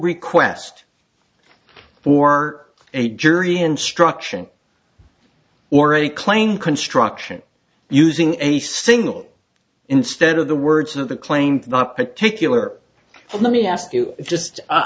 request for a jury instruction or a claim construction using a single instead of the words of the claimed not particular let me ask you just i